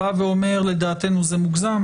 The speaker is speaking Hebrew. יכול להיות שהם יגידו שלדעתם זה מוגזם